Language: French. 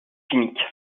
cynique